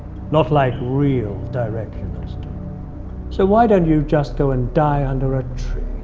not like real directioners. so why don't you just go and die under a tree?